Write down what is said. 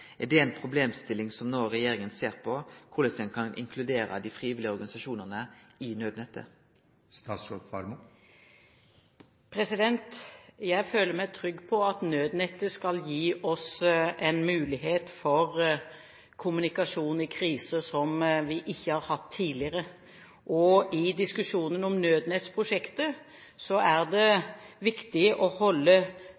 Er det ei problemstilling som regjeringa no ser på; korleis ein kan inkludere dei frivillige organisasjonane i nødnettet? Jeg føler meg trygg på at nødnettet skal gi oss en mulighet for kommunikasjon i kriser, som vi ikke har hatt tidligere. I diskusjonen om nødnettprosjektet er det